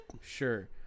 Sure